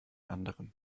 anderen